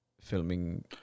filming